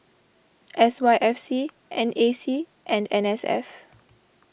S Y F C N A C and N S F